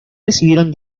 recibieron